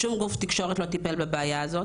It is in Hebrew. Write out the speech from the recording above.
שום גוף תקשורת לא טיפל בבעיה הזאת,